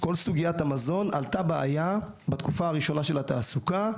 בסוגיית המזון הייתה בעיה בתקופה הראשונה של התעסוקה.